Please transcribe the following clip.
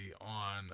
on